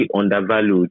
undervalued